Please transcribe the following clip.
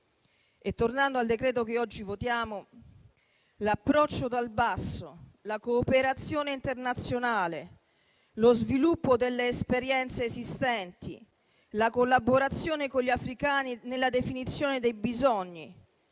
Tornando al provvedimento che oggi votiamo, l'approccio dal basso, la cooperazione internazionale, lo sviluppo delle esperienze esistenti, la collaborazione con gli africani nella definizione dei bisogni,